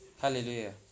Hallelujah